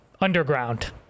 underground